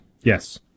Yes